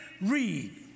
Read